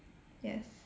yes